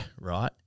right